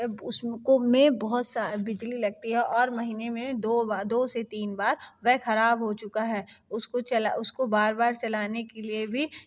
उसको में बहुत सा बिजली लगती है और महीने में दो दो से तीन बार वह खराब हो चुका है उसको उसको बार बार चलाने के लिए भी